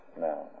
no